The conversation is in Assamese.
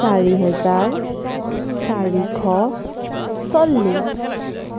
চাৰি হেজাৰ চাৰিশ চল্লিছ